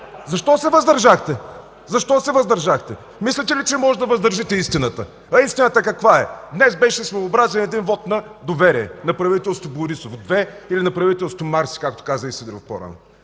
се въздържахте. Защо се въздържахте? Мислите ли, че можете да въздържите истината? Каква е истината? Днес беше своеобразен вот на доверие на правителството Борисов 2, или на правителството „Марси”, както каза и Сидеров по-рано.